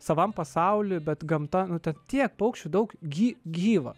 savam pasauly bet gamta nu ten tiek paukščių daug gi gyva